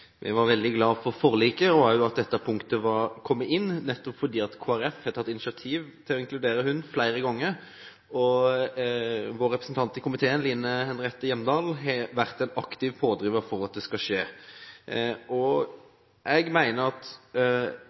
Vi var veldig glade for forliket og også for at dette punktet er kommet inn, nettopp fordi Kristelig Folkeparti flere ganger har tatt initiativ til å inkludere hund. Vår representant i komiteen, Line Henriette Hjemdal, har vært en aktiv pådriver for at det skulle skje. Jeg mener at